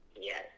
yes